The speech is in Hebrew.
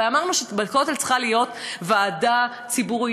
הרי אמרנו שבכותל צריכה להיות ועדה ציבורית